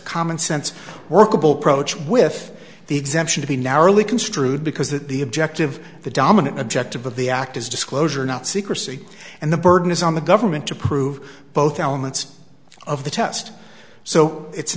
commonsense workable pro choice with the exemption to be narrowly construed because that the objective the dominant objective of the act is disclosure not secrecy and the burden is on the government to prove both elements of the test so it's